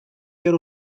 care